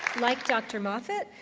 like dr. moffatt,